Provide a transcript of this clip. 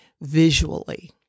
visually